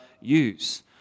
use